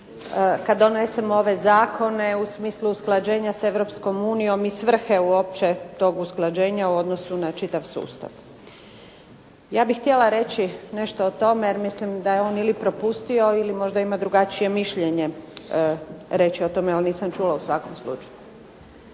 kad donesemo ove zakone u smislu usklađenja s Europskom unijom i svrhe uopće tog usklađenja u odnosu na čitav sustav. Ja bih htjela reći nešto o tome, jer mislim da je on ili propustio ili možda ima drugačije mišljenje reći o tome jer nisam čula u svakom slučaju.